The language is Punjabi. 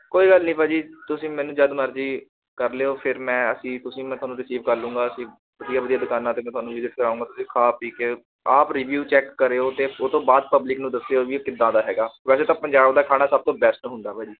ਕੋਈ ਗੱਲ ਨਹੀਂ ਭਾਅ ਜੀ ਤੁਸੀਂ ਮੈਨੂੰ ਜਦ ਮਰਜ਼ੀ ਕਰ ਲਿਓ ਫਿਰ ਮੈਂ ਅਸੀਂ ਤੁਸੀਂ ਮੈਂ ਤੁਹਾਨੂੰ ਰਿਸੀਵ ਕਰ ਲਉਂਗਾ ਅਸੀਂ ਵਧੀਆ ਵਧੀਆ ਦੁਕਾਨਾਂ 'ਤੇ ਮੈਂ ਤੁਹਾਨੂੰ ਵਿਜਿਟ ਕਰਾਉਂਗਾ ਤੁਸੀਂ ਖਾ ਪੀ ਕੇ ਆਪ ਰਿਵਿਊ ਚੈੱਕ ਕਰਿਓ ਅਤੇ ਉਹ ਤੋਂ ਬਾਅਦ ਪਬਲਿਕ ਨੂੰ ਦੱਸਿਓ ਵੀ ਇਹ ਕਿੱਦਾਂ ਦਾ ਹੈਗਾ ਵੈਸੇ ਤਾਂ ਪੰਜਾਬ ਦਾ ਖਾਣਾ ਸਭ ਤੋਂ ਬੈਸਟ ਹੁੰਦਾ ਭਾਅ ਜੀ